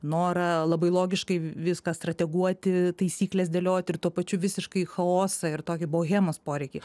norą labai logiškai viską strateguoti taisykles dėlioti ir tuo pačiu visiškai chaosą ir tokį bohemos poreikiai